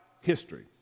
history